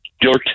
dirt